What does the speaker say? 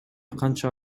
канча